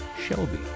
Shelby